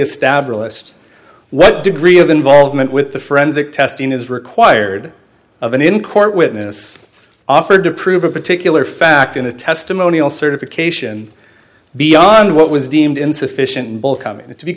established what degree of involvement with the forensic testing is required of an in court witness offered to prove a particular fact in a testimonial certification beyond what was deemed insufficient ball coming to